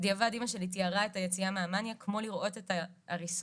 בדיעבד אמא שלי תיארה את היציאה מהמאניה כמו לראות את ההריסות